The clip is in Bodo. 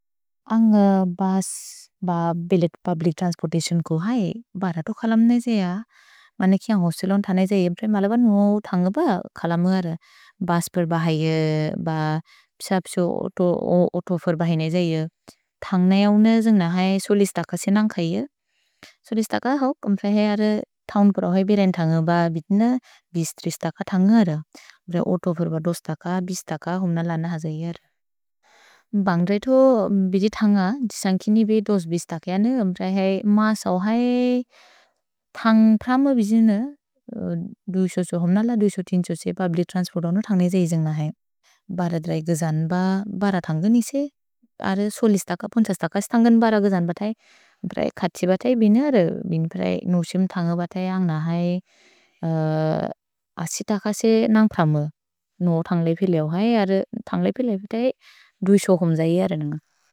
अन्ग बस् ब बिलेत् पुब्लिच् त्रन्स्पोर्ततिओन् को है, बरतो खलम्ने जेय। मने किअन्ग् होस्तेलोन् थने जेय। मल ब नोउ थन्ग्ब खलम्न्गर। भस्पेर् ब है, ब प्सप्सु औतोफेर् बहिने जेय। थन्ग्ने यव्ने जिन्ग्न है सोलि स्तक सिनन्ग् खैय। सोलि स्तक हव्क्। कम्पे है अर थन्ग्ब होइ बिरेन् थन्ग्ब बित्न। बीस-तीस स्तक थन्ग्न्गर। भ्रे औतोफेर् ब दस स्तक, बीस स्तक हुम्न लन हजेयर्। भन्ग्द्रैतो बिदे थन्ग्ग, जिसन्ग्किनि बे दस-बीस स्तक याने। म्प्रए है म सव् है थन्ग् प्रम बित्न। दो सौ-दो सौ हुम्न लन, दो सौ-तीन सौ पुब्लिच् त्रन्स्पोर्ततिओन् थन्ग्ने जेय हिजन्ग्न है। भरतो खलम्ने गजन् ब। भरतो थन्ग्ग निसे। अर सोलि स्तक, पोन्छ स्तक स्तन्गन् बरतो खलम्ने गजन् ब थै। म्प्रए खति ब थै बिन। म्प्रए नोउ सिम् थन्ग्ग ब थै अन्ग न है। असि स्तक से नन्ग् प्रम। नोउ थन्ग् लेपे लेव है। नोउ थन्ग् लेपे लेव है। दुइ सो हुम् जेयर् अन्ग।